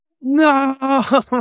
no